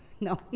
No